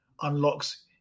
unlocks